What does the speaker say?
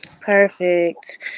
Perfect